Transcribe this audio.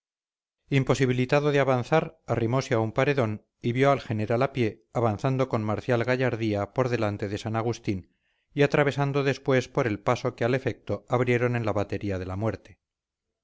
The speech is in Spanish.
imposibilitado de avanzar arrimose a un paredón y vio al general a pie avanzando con marcial gallardía por delante de san agustín y atravesando después por el paso que al efecto abrieron en la batería de la muerte